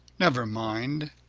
never mind,